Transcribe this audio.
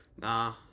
Nah